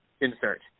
insert